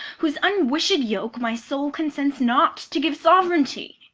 whose unwished yoke my soul consents not to give sovereignty.